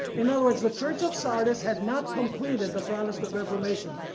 in other words the church of sardis had not completed the protestant reformation,